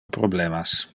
problemas